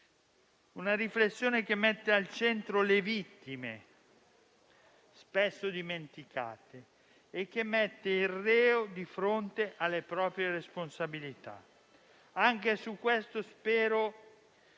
una riflessione che mette al centro le vittime, spesso dimenticate, e che mette il reo di fronte alle proprie responsabilità. Anche su questo spero